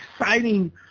exciting